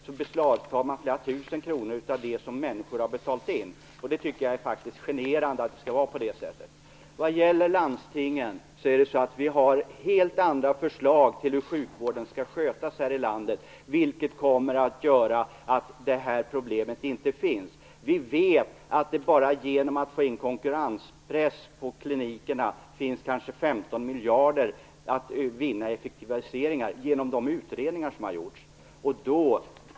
Nu beslagtar man flera tusen kronor som människor har betalat in, och det tycker jag faktiskt är generande. Vi har helt andra förslag till hur sjukvården skall skötas här i landet, och de innebär att problemet med landstingen inte uppstår. Genom de utredningar som har gjorts vet vi att det bara genom att man sätter konkurrenspress på klinikerna finns kanske 15 miljarder att vinna genom effektiviseringar.